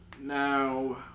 Now